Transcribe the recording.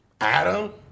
Adam